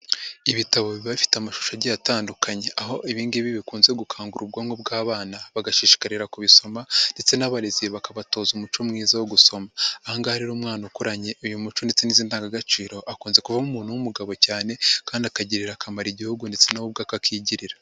Ibitabo biba bifite amashusho agiye atandukanye, aho ibi ngibi bikunze gukangura ubwonko bw'abana bagashishikarira kubisoma ndetse n'abarezi bakabatoza umuco mwiza wo gusoma. Aha ngaha rero umwana ukuranye uyu muco ndetse n'indangagaciro, akunze kuvamo umuntu w'umugabo cyane kandi akagirira akamaro igihugu ndetse na we ubwe akakigirira.